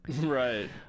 Right